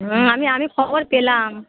আমি আমি খবর পেলাম